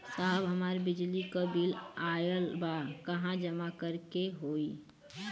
साहब हमार बिजली क बिल ऑयल बा कहाँ जमा करेके होइ?